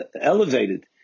elevated